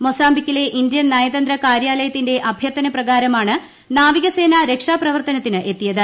മൊസാമ്പിക്കിലെ Indian നയതന്ത്ര കാര്യാലയത്തിന്റെ അഭ്യർത്ഥനപ്രകാരമാണ് നാവികസേന രക്ഷാപ്രവർത്തനത്തിന് എത്തിയത്